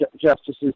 justices